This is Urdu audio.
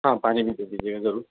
ہاں پانی بھی دے دیجئے گا ضرور